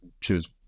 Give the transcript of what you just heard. choose